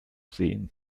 sehen